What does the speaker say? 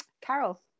Carol